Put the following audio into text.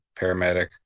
paramedic